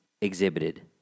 exhibited